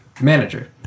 Manager